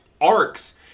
arcs